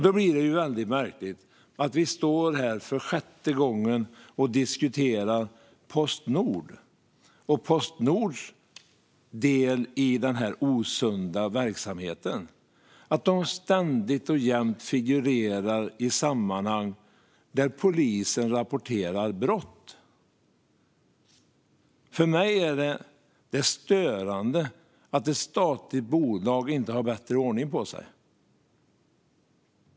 Då blir det ju väldigt märkligt att vi står här för sjätte gången och diskuterar Postnord och Postnords del i den här osunda verksamheten. De figurerar ständigt och jämt i sammanhang där polisen rapporterar brott. För mig är det störande att ett statligt bolag inte har bättre ordning på sig.